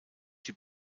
die